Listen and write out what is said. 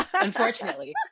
unfortunately